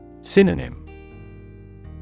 Synonym